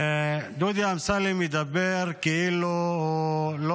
דודי אמסלם מדבר כאילו הוא לא